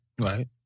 Right